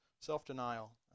self-denial